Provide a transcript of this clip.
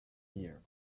year